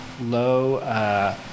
low